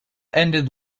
ended